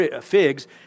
figs